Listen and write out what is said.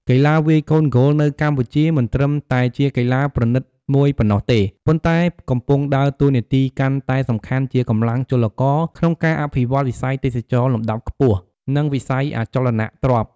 កីឡាវាយកូនហ្គោលនៅកម្ពុជាមិនត្រឹមតែជាកីឡាប្រណីតមួយប៉ុណ្ណោះទេ ប៉ុន្តែកំពុងដើរតួនាទីកាន់តែសំខាន់ជាកម្លាំងចលករក្នុងការអភិវឌ្ឍវិស័យទេសចរណ៍លំដាប់ខ្ពស់ និងវិស័យអចលនទ្រព្យ។